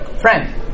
friend